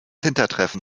hintertreffen